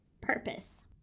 purpose